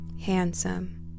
handsome